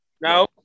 No